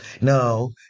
No